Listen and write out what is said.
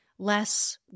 less